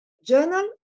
Journal